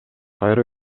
кайра